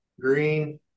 green